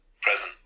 present